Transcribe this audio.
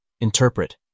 interpret